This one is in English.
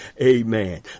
Amen